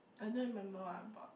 I don't remember what I bought